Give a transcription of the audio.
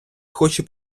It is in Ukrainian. хоче